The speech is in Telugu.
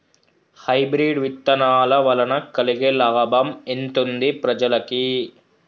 హైబ్రిడ్ విత్తనాల వలన కలిగే లాభం ఎంతుంది ప్రజలకి?